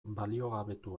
baliogabetu